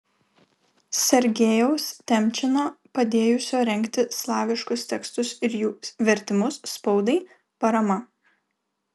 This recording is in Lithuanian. sergejaus temčino padėjusio rengti slaviškus tekstus ir jų vertimus spaudai parama